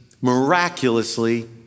miraculously